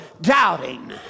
doubting